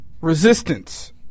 resistance